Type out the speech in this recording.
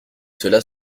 cela